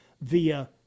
via